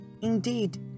Indeed